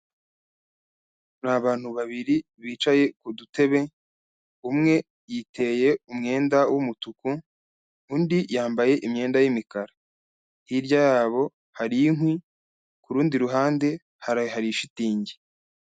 Hari abantu babiri bicaye ku dutebe, umwe yiteye umwenda w'umutuku, undi yambaye imyenda y'imikara, hirya yabo hari inkwi ku rundi ruhande hari ishitingi.